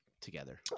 together